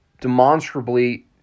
demonstrably